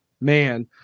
man